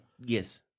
Yes